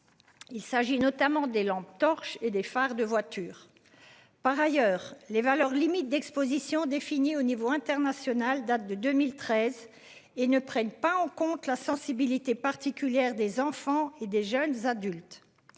Il s'agit notamment des lampes torches et des phares de voitures. Par ailleurs, les valeurs limites d'Exposition définies au niveau international date de 2013 et ne prennent pas en compte la sensibilité particulière des enfants et des jeunes adultes.